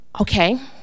okay